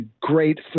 great